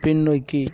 பின்னோக்கி